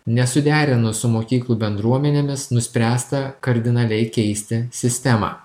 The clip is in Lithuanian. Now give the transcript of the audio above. nesuderinus su mokyklų bendruomenėmis nuspręsta kardinaliai keisti sistemą